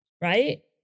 right